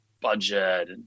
budget